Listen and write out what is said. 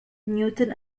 newton